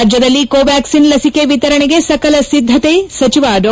ರಾಜ್ಯದಲ್ಲಿ ಕೊವ್ಲಾಟ್ಲಿನ್ ಲಸಿಕೆ ವಿತರಣೆಗೆ ಸಕಲ ಸಿದ್ದತೆ ಸಚಿವ ಡಾ